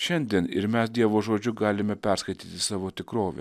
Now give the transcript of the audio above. šiandien ir mes dievo žodžiu galime perskaityti savo tikrovę